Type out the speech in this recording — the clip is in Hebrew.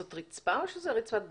זאת רצפה או זאת רצפת בטון?